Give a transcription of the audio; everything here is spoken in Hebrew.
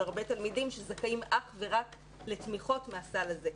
הרבה תלמידים שזכאים אך ורק לתמיכות מהסל הזה.